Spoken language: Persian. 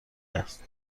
است